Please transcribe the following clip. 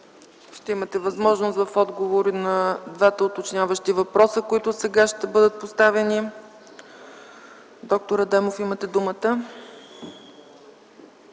Ще имате възможност за отговор при двата уточняващи въпроса, които ще бъдат поставени. Доктор Адемов, имате думата.